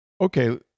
okay